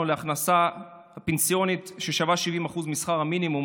להכנסה פנסיונית ששווה 70% משכר המינימום,